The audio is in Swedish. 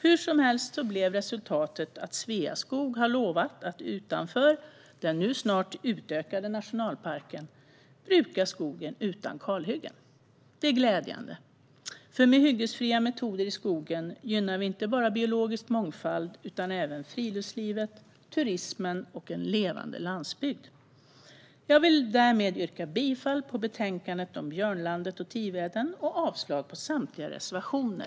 Hur som helst så blev resultatet att Sveaskog har lovat att utanför den nu snart utökade nationalparken bruka skogen utan kalhyggen. Det är glädjande. Med hyggesfria metoder i skogen gynnar vi inte bara biologisk mångfald utan även friluftslivet, turismen och en levande landsbygd. Jag vill därmed yrka bifall till utskottets förslag om Björnlandet och Tiveden och avslag på samtliga reservationer.